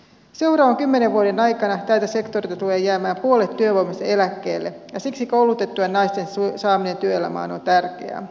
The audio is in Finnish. seuraavan kymmenen vuoden aikana tältä sektorilta tulee jäämään puolet työvoimasta eläkkeelle ja siksi koulutettujen naisten saaminen työelämään on tärkeää